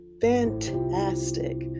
Fantastic